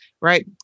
Right